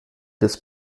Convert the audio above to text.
des